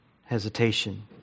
hesitation